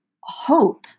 hope